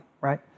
right